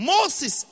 Moses